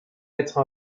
être